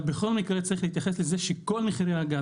אבל בכל מקרה צריך להתייחס לזה שכל מחירי הגז,